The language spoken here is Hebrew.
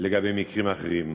למקרים אחרים.